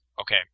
okay